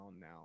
now